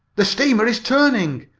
the steamer is turning!